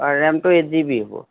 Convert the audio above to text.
অঁ ৰেমটো eight G B ব